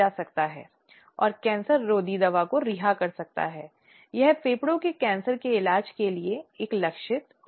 हालांकि और देरी के मामले में महिलाओं द्वारा दिए गए उचित स्पष्टीकरण के आधार पर देरी को कम करने के लिए समिति पर निर्भर है